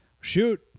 shoot